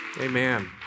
Amen